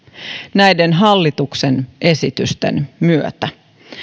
näiden hallituksen esitysten myötä